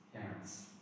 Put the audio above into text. parents